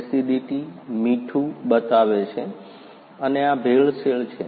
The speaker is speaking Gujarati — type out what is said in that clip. એસિડિટી મીઠું બતાવે છે અને આ ભેળસેળ છે